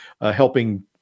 helping